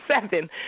seven